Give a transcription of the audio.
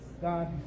God